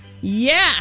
Yes